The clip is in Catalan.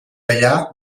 allà